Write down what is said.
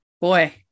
boy